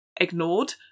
ignored